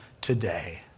today